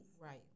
Right